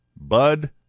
Bud